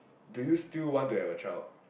do you still want to have a child